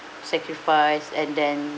sacrifice and then